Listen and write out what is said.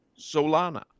Solana